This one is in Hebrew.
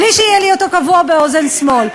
בלי שיהיה לי אותו קבוע באוזן שמאל.